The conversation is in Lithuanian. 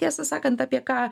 tiesą sakant apie ką